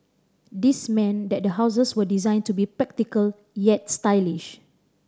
this meant that the houses were designed to be practical yet stylish